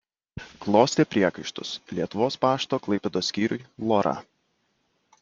klostė priekaištus lietuvos pašto klaipėdos skyriui lora